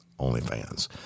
OnlyFans